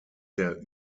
der